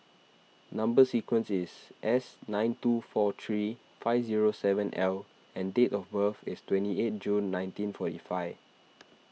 Number Sequence is S nine two four three five zero seven L and date of birth is twenty eight June nineteen forty five